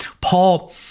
Paul